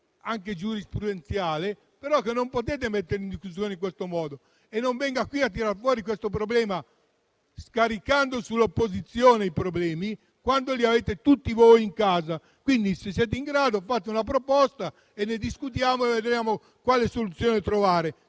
vista giurisprudenziale, che però non potete mettere in discussione in questo modo. E non venite qui a tirar fuori questo problema, scaricandolo sull'opposizione, quando ce l'avete tutti voi in casa. Quindi, se siete in grado, fate una proposta, ne discutiamo e vediamo quale soluzione trovare,